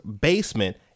basement